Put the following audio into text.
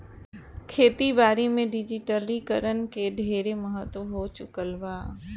खेती बारी में डिजिटलीकरण के ढेरे महत्व हो चुकल बा